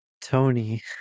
Tony